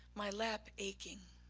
my lap aching.